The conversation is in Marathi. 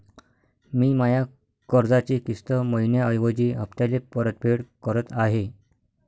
मी माया कर्जाची किस्त मइन्याऐवजी हप्त्याले परतफेड करत आहे